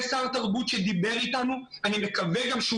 יש שר תרבות שדיבר אתנו ואני מקווה גם שהוא